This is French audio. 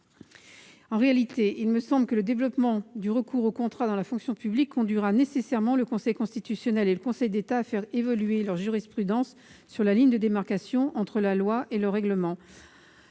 En réalité, il me semble que le développement du recours au contrat dans la fonction publique conduira nécessairement le Conseil constitutionnel et le Conseil d'État à faire évoluer leur jurisprudence sur la ligne de démarcation entre la loi et le règlement